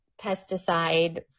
pesticide